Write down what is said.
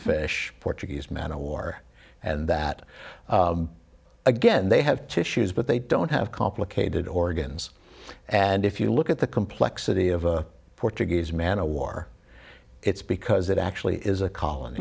fish portuguese man of war and that again they have tissues but they don't have complicated organs and if you look at the complexity of a portuguese man of war it's because it actually is a c